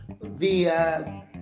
via